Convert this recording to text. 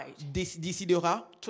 décidera